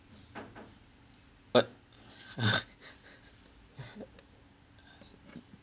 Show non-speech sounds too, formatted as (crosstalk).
but (laughs)